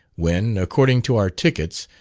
when, according to our tickets,